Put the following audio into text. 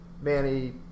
Manny